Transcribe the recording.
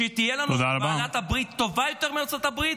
שתהיה לנו בעלת ברית טובה יותר מארצות הברית?